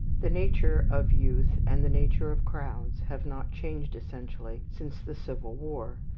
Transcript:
the nature of youth and the nature of crowds have not changed essentially since the civil war,